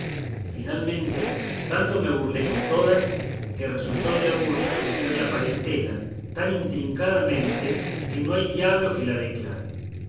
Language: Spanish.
finalmente tanto me burlé con todas que resultó de la burla crecer la parentela tan intricadamente que no hay diablo que la declare